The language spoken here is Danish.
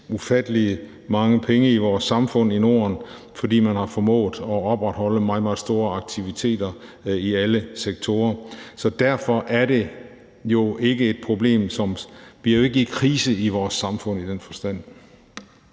ufattelig mange penge i vores samfund i Norden, fordi man har formået at opretholde meget, meget store aktiviteter i alle sektorer. Så derfor er det jo ikke et problem. Vi er ikke i krise i vores samfund i den forstand.